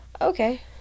Okay